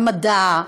ומדע,